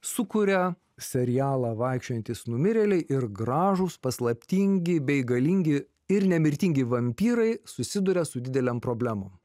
sukuria serialą vaikščiojantys numirėliai ir gražūs paslaptingi bei galingi ir nemirtingi vampyrai susiduria su didelėm problemom